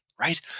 right